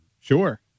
Sure